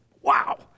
Wow